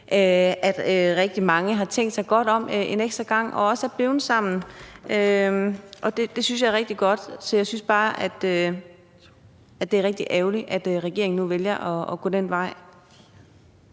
at rigtig mange har tænkt sig godt om en ekstra gang og også er blevet sammen, og det synes jeg er rigtig godt. Så jeg synes bare, at det er rigtig ærgerligt, at regeringen nu vælger at gå den vej.